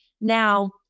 Now